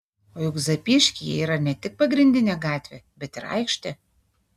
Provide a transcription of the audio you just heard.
o juk zapyškyje yra ne tik pagrindinė gatvė bet ir aikštė